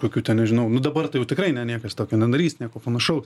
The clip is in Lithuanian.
kokių ten nežinau nu dabar tai jau tikrai ne niekas tokių nedarys nieko panašaus